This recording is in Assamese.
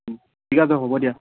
ঠিক আছে হ'ব দিয়া